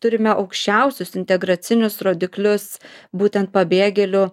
turime aukščiausius integracinius rodiklius būtent pabėgėlių